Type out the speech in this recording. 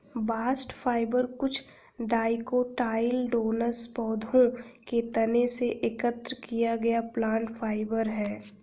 bast fibre कुछ dicotyledonous पौधों के तने से एकत्र किया गया प्लांट फाइबर है